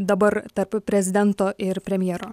dabar tarp prezidento ir premjero